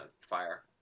fire